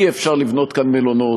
אי-אפשר לבנות כאן מלונות.